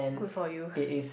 good for you